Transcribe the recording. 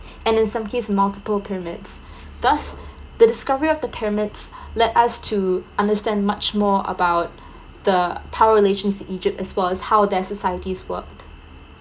and in some case multiple pyramids thus the discovery of the pyramids let us to understand much more about the power relations to egypt as well as how they as a society work